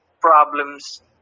problems